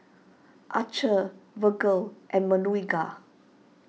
Archer Virgle and